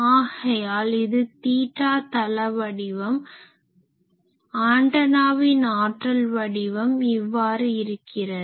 ஆகையால் இது தீட்டா தள வடிவம் ஆன்டனாவின் ஆற்றல் வடிவம் இவ்வாறு இருக்கிறது